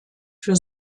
für